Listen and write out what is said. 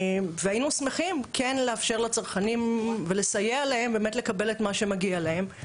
והיינו שמחים כן לאפשר לצרכנים ולסייע להם באמת לקבל את מה שמגיע להם.